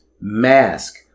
Mask